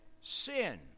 sin